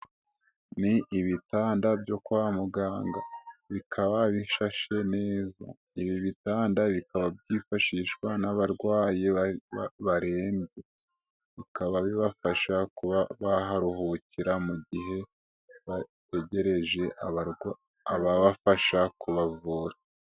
Ni ibitanda byo kwa muganga, bikaba bishashe neza, ibi bitanda bikaba byifashishwa n'abarwayi barembye, bikaba bibafasha kuba baharuhukira mu gihe bategereje ababafasha kubavura.